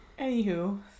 Anywho